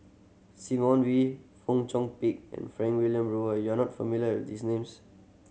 Simon Wee Fong Chong Pik and Frank Wilmin Brewer you are not familiar these names